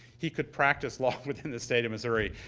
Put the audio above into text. he could practice law within the state of missouri.